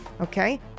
okay